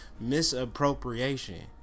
misappropriation